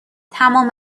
تمام